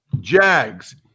JAGS